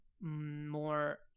more